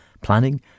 planning